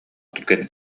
түргэнник